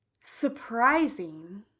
surprising